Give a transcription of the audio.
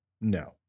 No